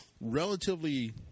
Relatively